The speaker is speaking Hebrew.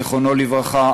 זיכרונו לברכה,